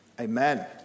Amen